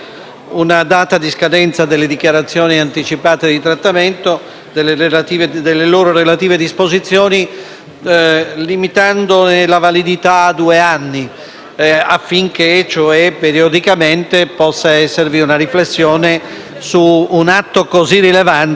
limitandone la validità a due anni, affinché periodicamente possa esservi una riflessione su un atto così rilevante, nonostante qui si stia facendo di tutto per renderlo banale.